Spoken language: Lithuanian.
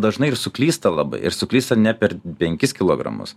dažnai ir suklysta labai ir suklysta ne per penkis kilogramus